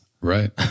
Right